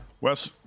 Wes